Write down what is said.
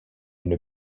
une